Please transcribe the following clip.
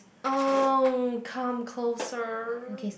oh come closer